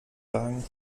wagen